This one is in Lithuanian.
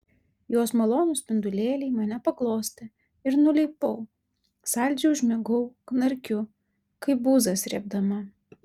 jos malonūs spindulėliai mane paglostė ir nuleipau saldžiai užmigau knarkiu kaip buzą srėbdama